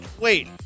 Wait